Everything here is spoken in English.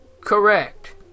Correct